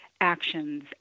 actions